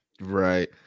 Right